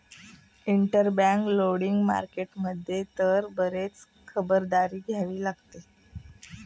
interbank lending market मध्ये तर बरीच खबरदारी घ्यावी लागते